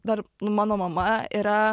dar mano mama yra